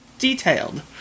detailed